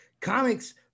comics